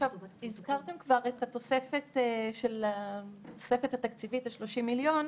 הזכרתם כבר את התוספת התקציבית של ה-30 מיליון.